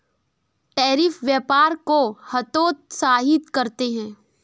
tariff व्यापार को हतोत्साहित करते हैं